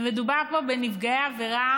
ומדובר פה בנפגעי עבירה